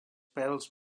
pels